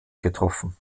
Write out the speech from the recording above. getroffen